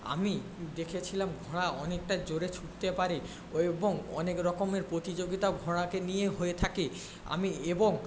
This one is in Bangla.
আমি দেখেছিলাম ঘোড়া অনেকটা জোরে ছুটতে পারে ও এবং অনেক রকমের প্রতিযোগিতা ঘোড়াকে নিয়ে হয়ে থাকে আমি এবং